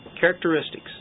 characteristics